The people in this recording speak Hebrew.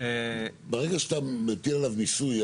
ברגע שאתה מטיל עליו מיסוי,